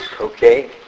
okay